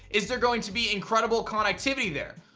is there going to be incredible connectivity there?